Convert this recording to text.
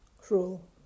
cruel